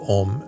om